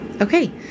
Okay